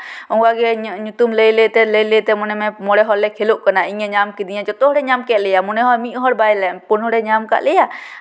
ᱚᱱᱠᱟ ᱜᱮ ᱧᱩᱛᱩᱢ ᱞᱟᱹᱭᱼᱞᱟᱹᱭ ᱛᱮ ᱢᱚᱱᱮ ᱢᱮ ᱢᱚᱬᱮ ᱦᱚᱲ ᱞᱮ ᱠᱷᱮᱹᱞᱳᱜ ᱠᱟᱱᱟ ᱤᱧᱮ ᱧᱟᱢ ᱠᱤᱫᱤᱧᱟ ᱡᱚᱛᱚ ᱦᱚᱲᱮ ᱧᱟᱢ ᱠᱮᱫ ᱞᱮᱭᱟ ᱢᱚᱱᱮ ᱦᱚᱭ ᱢᱤᱫ ᱦᱚᱲ ᱵᱟᱭ ᱯᱩᱱ ᱦᱚᱲᱮᱭ ᱧᱟᱢ ᱠᱟᱜ ᱞᱮᱭᱟ